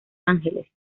ángeles